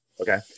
Okay